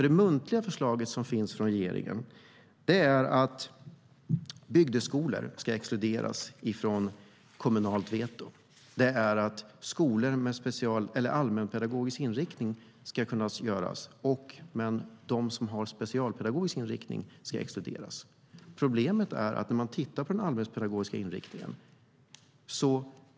Det muntliga förslag som finns från regeringen är att bygdeskolor och skolor med specialpedagogisk inriktning ska exkluderas från kommunalt veto men inte skolor med allmänpedagogisk inriktning.